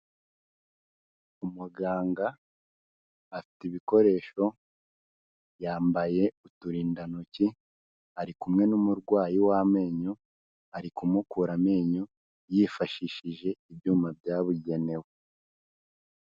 Umuganga afite ibikoresho, yambaye uturindantoki, ari kumwe n'umurwayi w'amenyo, ari kumukura amenyo yifashishije ibyuma byabugenewe.